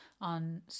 on